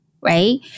right